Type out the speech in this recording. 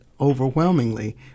overwhelmingly